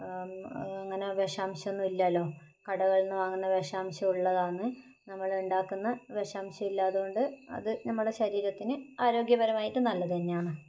അങ്ങനെ വിഷാംശോന്നുല്ലാല്ലോ കടകളിന്ന് വാങ്ങുന്നത് വിഷാംശം ഉള്ളതാന്ന് നമ്മൾ ഉണ്ടാക്കുന്ന വിഷാംശം ഇല്ലാ അത്കൊണ്ട് അത് നമ്മുടെ ശരീരത്തിന് ആരോഗ്യപരമായിട്ട് നല്ലത് തന്നെയാന്ന്